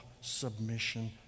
submission